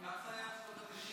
אבל כך זה היה עד שנות התשעים.